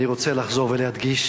אדוני השר, אני רוצה לחזור ולהדגיש